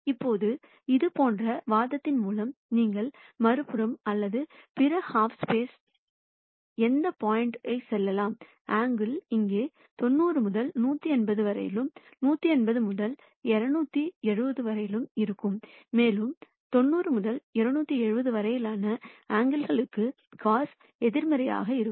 இப்போது இதே போன்ற வாதத்தின் மூலம் நீங்கள் மறுபுறம் அல்லது பிற ஹாஃப் ஸ்பேசில் எந்த பாயிண்ட்டிலும் சொல்லலாம் அங்கிள்கள் இங்கே 90 முதல் 180 வரையிலும் 180 முதல் 270 வரையிலும் இருக்கும் மேலும் 90 முதல் 270 வரையிலான அங்கிள்கள்களுக்கு cos எதிர்மறையாக இருக்கும்